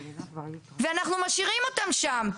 ואנחנו משאירים אותם שם.